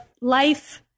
life-